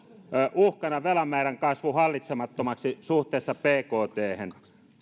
uhkana velan määrän kasvu hallitsemattomaksi suhteessa bkthen